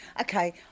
okay